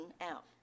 out